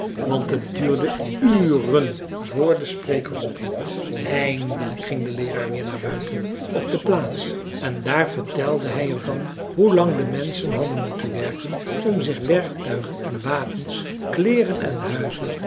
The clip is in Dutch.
want het duurde uren vr de spreker ophield eindelijk ging de leeraar weer naar buiten op de plaats en daar vertelde hij er van hoe lang de menschen hadden moeten werken om zich werktuigen en wapens kleeren en huizen